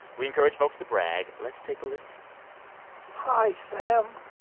we encourage folks to brag. let's take a listen hi, sam.